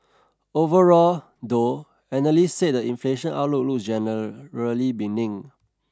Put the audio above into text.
overall though analysts said the inflation outlook look generally benign